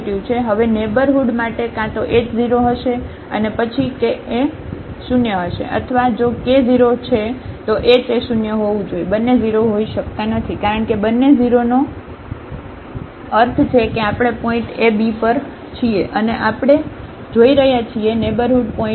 હવે નેઇબરહુડ માટે કાં તો h 0 હશે પછી k એ શૂન્ય હશે અથવા જો k 0 છે તો h એ શૂન્ય હોવું જોઈએ બંને 0 હોઈ શકતા નથી કારણ કે બંને 0 નો અર્થ છે કે આપણે પોઇન્ટ એબ પર છીએ અને આપણે જોઈ રહ્યા છીએ નેઇબરહુડ પોઇન્ટ